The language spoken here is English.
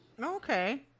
Okay